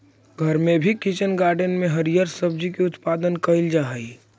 घर में भी किचन गार्डन में हरिअर सब्जी के उत्पादन कैइल जा हई